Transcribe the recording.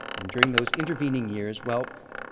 and during those intervening years well,